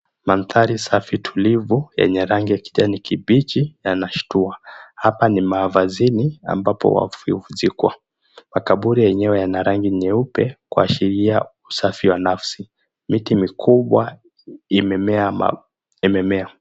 Mandhari safi tulivu yenye rangi ya kijani kibichi yanashuwa hapa ni mavazini ambapo wafu huzikwa makaburi yana rangi nyeupe kuashiria usafi wa nafsi miti mikubwa imemea.